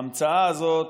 ההמצאה הזאת,